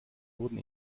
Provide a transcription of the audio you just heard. wurden